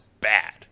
bad